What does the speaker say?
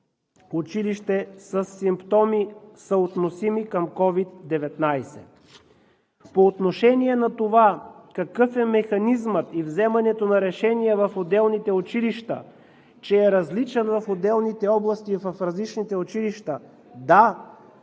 училище със симптоми, съотносими към COVID-19. По отношение на това какъв е механизмът и вземането на решения в отделните училища, че е различен в отделните области в различните училища. Да,